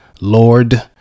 Lord